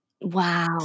Wow